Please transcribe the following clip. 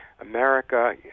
America